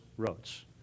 Roads